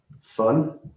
fun